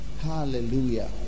Hallelujah